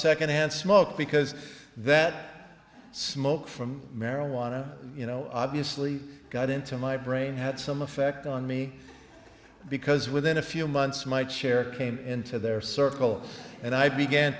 second hand smoke because that smoke from marijuana you know obviously got into my brain had some effect on me because within a few months my chair came into their circle and i began